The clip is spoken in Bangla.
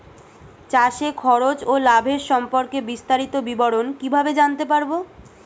চাষে খরচ ও লাভের সম্পর্কে বিস্তারিত বিবরণ কিভাবে জানতে পারব?